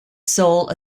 soul